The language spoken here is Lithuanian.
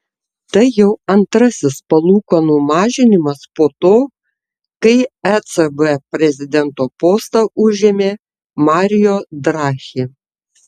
tai jau antrasis palūkanų mažinimas po to kai ecb prezidento postą užėmė mario draghi